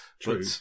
True